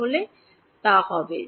তাহলে তা হবে